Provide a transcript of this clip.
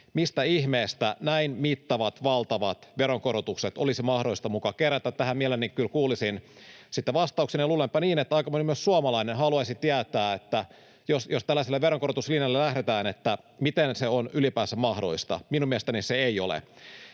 mistä ihmeestä näin mittavat, valtavat veronkorotukset olisi mahdollista muka kerätä. Tähän mielelläni kyllä kuulisin sitten vastauksen, ja luulenpa niin, että myös aika moni muu suomalainen haluaisi tietää, että jos tällaiselle veronkorotuslinjalle lähdetään, miten se on ylipäänsä mahdollista. Minun mielestäni se ei ole.